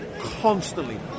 constantly